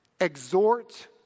exhort